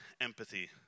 empathy